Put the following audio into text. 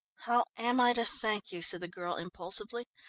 how am i to thank you? said the girl impulsively.